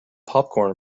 popcorn